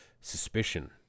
suspicion